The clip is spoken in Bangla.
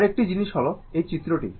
আরেকটি জিনিস হল এই চিত্রটি